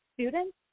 students